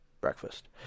breakfast